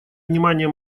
внимание